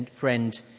friend